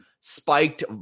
spiked